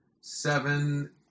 Seven